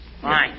Fine